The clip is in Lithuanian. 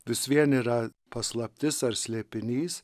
vis vien yra paslaptis ar slėpinys